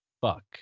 fuck